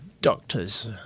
doctors